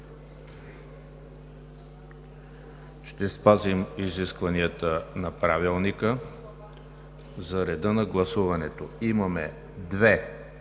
Ще спазим изискванията на Правилника за реда на гласуването. Имаме две